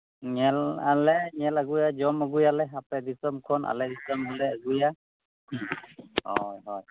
ᱧᱮᱞ ᱟᱞᱮ ᱧᱮᱞ ᱟᱹᱜᱩᱭᱟ ᱡᱚᱢ ᱟᱹᱜᱩᱭᱟᱞᱮ ᱟᱯᱮ ᱫᱤᱥᱚᱢ ᱠᱷᱚᱱ ᱟᱞᱮ ᱫᱤᱥᱚᱢ ᱦᱚᱸᱞᱮ ᱟᱹᱜᱩᱭᱟ ᱦᱳᱭ ᱦᱳᱭ